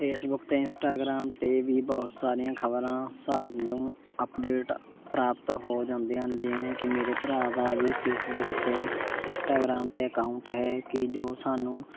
Facebook ਅਤੇ Instagram 'ਤੇ ਵੀ ਬਹੁਤ ਸਾਰੀਆਂ ਖ਼ਬਰਾਂ ਸਾਨੂੰ ਅੱਪਡੇਟ ਪ੍ਰਾਪਤ ਹੋ ਜਾਂਦੀਆਂ ਹਨ ਜਿਵੇਂ ਕਿ ਮੇਰੇ ਭਰਾ ਦਾ ਵੀ ਫੇਸਬੁੱਕ ਅਤੇ ਇੰਨਸਟਾਗ੍ਰਾਮ 'ਤੇ ਅਕਾਊਂਟ ਹੈ ਕਿ ਜੋ ਸਾਨੂੰ